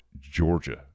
Georgia